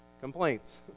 complaints